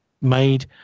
made